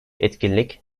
etkinlik